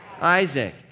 Isaac